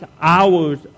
hours